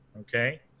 okay